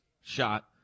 shot